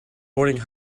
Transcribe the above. boarding